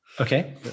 okay